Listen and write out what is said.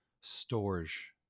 storage